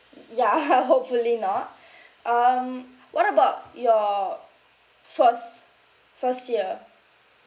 y~ ya hopefully not um what about your first first tier